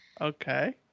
Okay